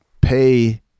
pay